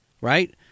right